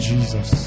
Jesus